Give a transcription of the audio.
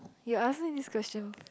you ask me this question